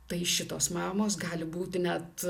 tai šitos mamos gali būti net